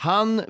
Han